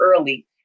early